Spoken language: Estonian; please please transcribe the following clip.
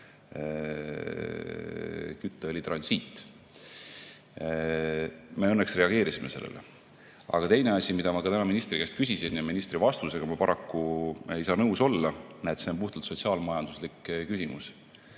kütteõli transiit. Me õnneks reageerisime sellele. Aga on teine asi, mida ma ka täna ministri käest küsisin. Ja ministri vastusega ma paraku ei saa nõus olla, et see on puhtalt sotsiaal-majanduslik küsimus.